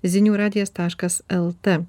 zinių radijas taškas lt